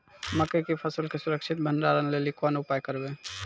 मकई के फसल के सुरक्षित भंडारण लेली कोंन उपाय करबै?